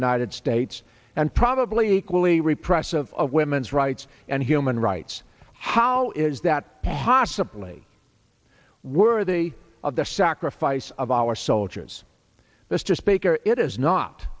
united states and probably equally repressive of women's rights and human rights how is that possibly worthy of the sacrifice of our soldiers this to speaker it is not